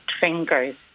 fingers